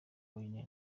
wine